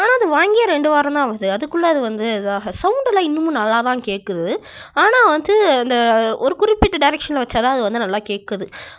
ஆனால் அது வாங்கியே ரெண்டு வாரம் தான் ஆகுது அதுக்குள்ளே அது வந்து இதாக சவுண்டுலாம் இன்னமும் நல்லா தான் கேக்குது ஆனால் வந்து இந்த ஒரு குறிப்பிட்ட டேரெக்ஷனில் வச்சா தான் அது வந்து நல்லா கேட்குது